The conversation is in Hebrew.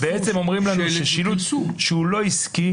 ובעצם אומרים לנו ששילוט שהוא לא עסקי